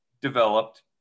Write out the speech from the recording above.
developed